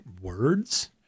words